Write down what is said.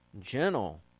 gentle